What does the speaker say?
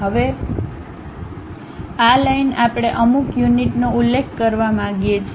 હવે આ લાઇન આપણે અમુક યુનિટ નો ઉલ્લેખ કરવા માંગીએ છીએ